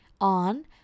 on